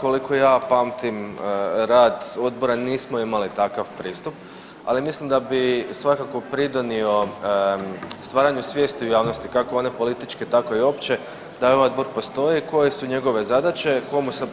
Koliko ja pamtim rad odbora nismo imali takav pristup, ali mislim da bi svakako pridonio stvaranju svijesti u javnosti kako one političke tako i opće da ovaj odbor postoji, koje su njegove zadaće,